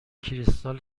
کریستال